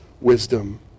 wisdom